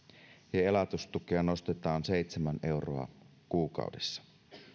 ja elatustukea nostetaan seitsemän euroa kuukaudessa